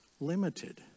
limited